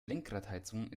lenkradheizung